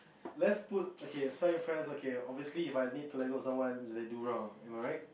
let's put okay some your friends okay obviously If I need to let go of someone is they do wrong am I right